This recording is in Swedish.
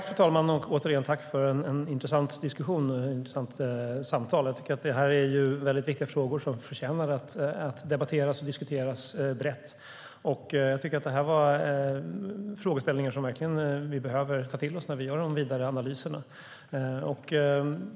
Fru talman! Återigen: Tack för en intressant diskussion och ett intressant samtal! Jag tycker att det är väldigt viktiga frågor som förtjänar att debatteras och diskuteras brett. Jag tycker att det är frågeställningar som vi verkligen behöver ta till oss när vi gör de vidare analyserna.